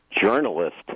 journalist